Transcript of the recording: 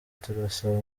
turasaba